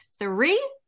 three